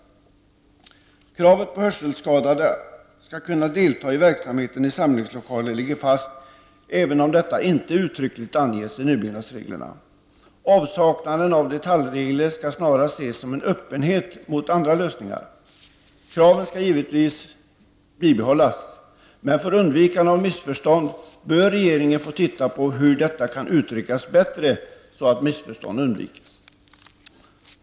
Kravet på att hörselskadade skall kunna delta i verksamheten i samlingslokaler ligger fast, även om detta inte uttryckligt angetts i nybyggnadsreglerna. Avsaknaden av detaljregler skall snarare ses som en öppenhet mot andra lösningar. Kraven skall givetvis bibehållas. Men för undvikande av missförstånd bör regeringen få titta på hur detta kan uttryckas bättre, så att missförstånd undviks.